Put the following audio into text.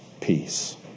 peace